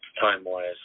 time-wise